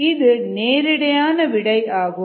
இது நேரிடையான விடையாகும்